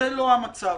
המצב.